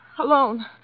Alone